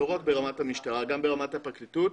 לא רק ברמת המשטרה אלא גם ברמת הפרקליטות,